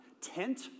tent